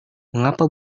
mengapa